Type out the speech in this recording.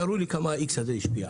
תראו לי כמה ה-X הזה השפיע,